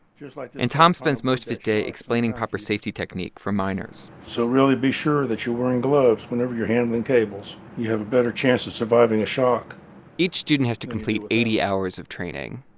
like and tom spends most of his day explaining proper safety technique for miners so really be sure that you're wearing gloves whenever you're handling cables. you have a better chance of surviving a shock each student has to complete eighty hours of training.